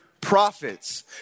prophets